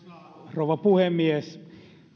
rouva puhemies